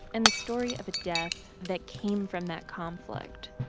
and the story of a death that came from that conflict